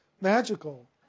magical